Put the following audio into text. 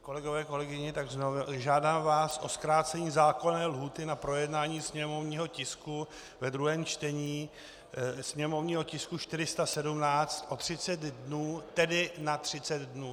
Kolegové, kolegyně, tak znovu: Žádám vás o zkrácení zákonné lhůty na projednání sněmovního tisku ve druhém čtení, sněmovního tisku 417, o 30 dnů, tedy na 30 dnů.